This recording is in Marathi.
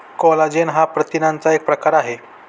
कोलाजेन हा प्रथिनांचा एक प्रकार आहे